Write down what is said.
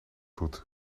doet